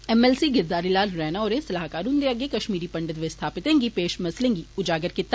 M L C Girdhari Lal Raina होरें सलाहकार हन्दे अग्गै कष्मीरी पंडित विस्थापितें गी पेष मसलें गी उजागर कीता